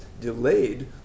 delayed